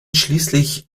schließlich